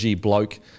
Bloke